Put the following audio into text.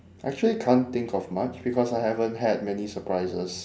actually can't think of much because I haven't had many surprises